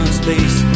space